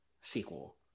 sequel